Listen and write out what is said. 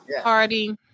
party